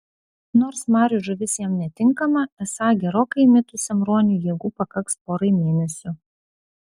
nors marių žuvis jam netinkama esą gerokai įmitusiam ruoniui jėgų pakaks porai mėnesių